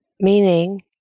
meaning